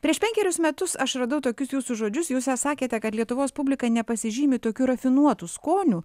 prieš penkerius metus aš radau tokius jūsų žodžius jūs sakėte kad lietuvos publika nepasižymi tokiu rafinuotu skoniu